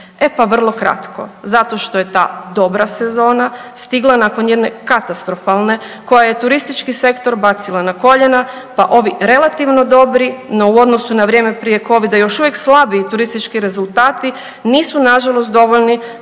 E pa vrlo kratko. Zato što je ta dobra sezona stigla nakon jedne katastrofalne koja je turistički sektor bacila na koljena pa ovi relativno dobri no u odnosu na vrijeme prije Covida još uvijek slabi turistički rezultati nisu nažalost dovoljni